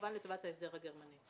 כמובן לטובת ההסדר הגרמני.